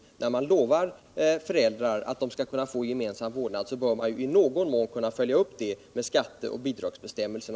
När man lovar föräldrar att de skall kunna få gemensam vårdnad bör man i någon mån kunna följa upp detta då det gäller skatteoch bidragsbestämmelserna.